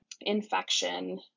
infection